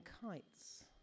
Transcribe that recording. kites